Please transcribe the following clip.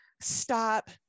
stop